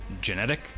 Genetic